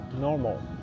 normal